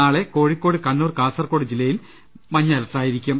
നാളെ കോഴിക്കോട് കണ്ണൂർ കാസർകോട് ജില്ലകളിൽ മഞ്ഞ അലർട്ടായിരിക്കും